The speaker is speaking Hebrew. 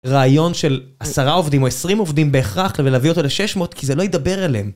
רעיון של עשרה עובדים או עשרים עובדים בהכרח ולהביא אותו לשש מאות כי זה לא ידבר אליהם